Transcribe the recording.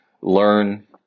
learn